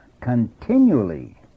continually